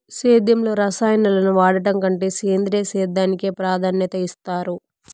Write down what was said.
సేద్యంలో రసాయనాలను వాడడం కంటే సేంద్రియ సేద్యానికి ప్రాధాన్యత ఇస్తారు